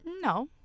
No